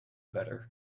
better